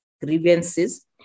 grievances